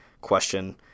question